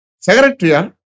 Secretary